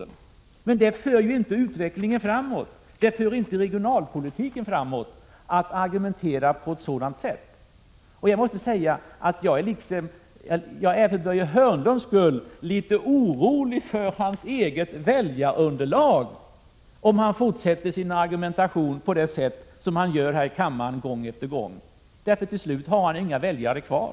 Men att argumentera på ett sådant sätt för ju inte utvecklingen framåt — det för inte regionalpolitiken framåt. Jag måste säga att jag är litet orolig för Börje Hörnlunds skull när det gäller hans eget väljarunderlag, för om han fortsätter sin argumentation på det sätt som han gör här i kammaren gång efter gång, då har han till slut inga väljare kvar.